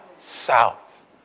south